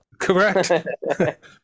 Correct